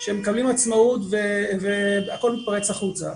שהם מקבלים עצמאות והכול מתפרץ החוצה,